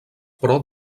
però